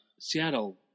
Seattle